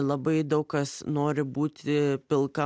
labai daug kas nori būti pilka